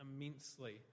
immensely